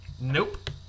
Nope